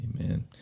Amen